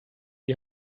die